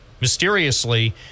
mysteriously